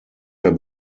der